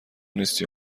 نیستی